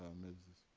mrs.